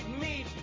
meet